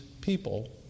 people